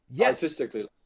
Artistically